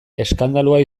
eskandalua